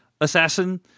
assassin